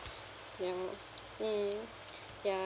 ya mm ya